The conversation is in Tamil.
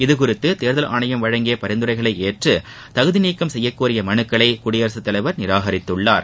இதுகுறித்து தேர்தல் ஆணையம் வழங்கிய பரிந்துரைகளை ஏற்று தகுதி நீக்கம் செய்யக்கோரிய மனுக்களை குடியரசுத்தலைவர் நிராகரித்துள்ளார்